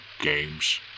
games